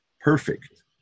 perfect